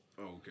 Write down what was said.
Okay